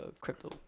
crypto